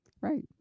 Right